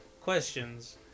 questions